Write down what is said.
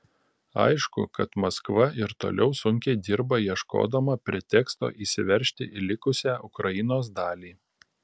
aišku kad maskva ir toliau sunkiai dirba ieškodama preteksto įsiveržti į likusią ukrainos dalį